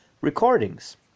recordings